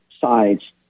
sides